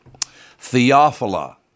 Theophila